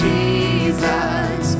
Jesus